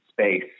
space